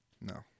No